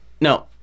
no